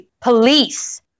police